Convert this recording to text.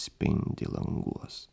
spindi languos